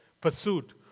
pursuit